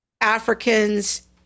Africans